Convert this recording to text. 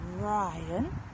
Ryan